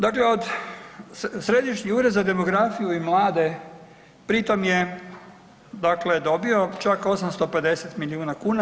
Dakle od, Središnji ured za demografiju i mlade pri tome je dobio čak 850 milijuna kuna.